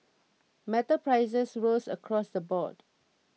metal prices rose across the board